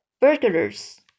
burglars